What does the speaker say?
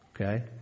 okay